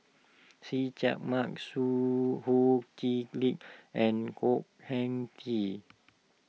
See Chak Mun Su Ho Kee Lick and Khor Ean Ghee